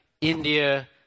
India